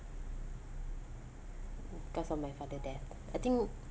because of my father death I think